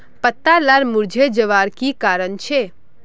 पत्ता लार मुरझे जवार की कारण छे?